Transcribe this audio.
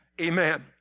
Amen